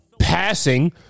passing